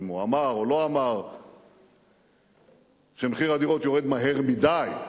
אם הוא אמר או לא אמר שמחיר הדירות יורד מהר מדי.